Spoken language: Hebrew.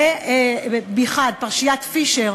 פרשיית פישר,